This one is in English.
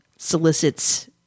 solicits